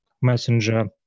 messenger